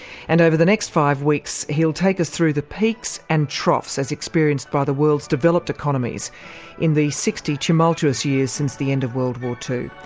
and over the next five weeks he'll take us through the peaks and troughs as experienced by the world's developed economies in the sixty tumultuous years since the end of world war two.